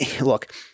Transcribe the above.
look